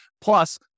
Plus